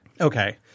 Okay